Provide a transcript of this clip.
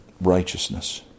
righteousness